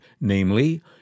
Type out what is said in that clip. namely